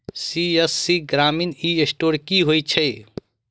CSC ग्रामीण e store की होइ छै?